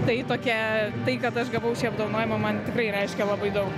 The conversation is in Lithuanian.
tai tokia tai kad aš gavau šį apdovanojimą man tikrai reiškia labai daug